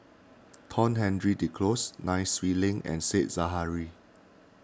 Tohn Henry Duclos Nai Swee Leng and Said Zahari